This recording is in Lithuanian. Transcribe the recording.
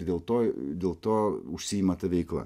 ir dėl to dėl to užsiima ta veikla